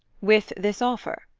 with this offer?